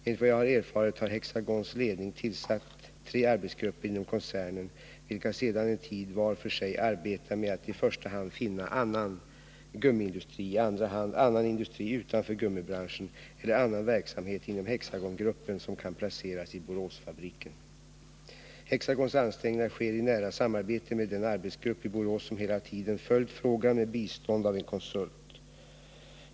Enligt vad jag har erfarit har Hexagons ledning tillsatt tre arbetsgrupper inom koncernen vilka sedan en tid tillbaka var för sig arbetar medatt i första hand finna annan gummiindustri, i andra hand annan industri utanför gummibranschen eller annan verksamhet inom Hexagongruppen 13 som kan placeras i Boråsfabriken. Hexagons ansträngningar sker i nära samarbete med den arbetsgrupp i Borås som hela tiden följt frågan med bistånd av en konsult.